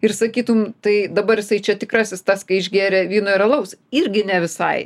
ir sakytum tai dabar jisai čia tikrasis tas kai išgėrė vyno ir alaus irgi ne visai